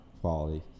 quality